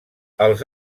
els